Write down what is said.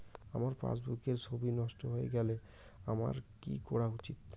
আমার পাসবুকের ছবি নষ্ট হয়ে গেলে আমার কী করা উচিৎ?